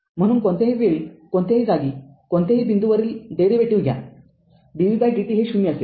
म्हणून कोणत्याही वेळी कोणत्याही जागी कोणत्याही बिंदूवर डेरीवेटीव्ह घ्या dvdt हे ० असेल